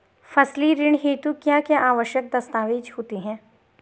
फसली ऋण हेतु क्या क्या आवश्यक दस्तावेज़ होते हैं?